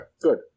good